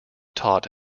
taught